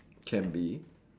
can be